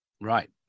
Right